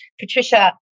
Patricia